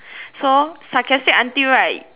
so sarcastic until right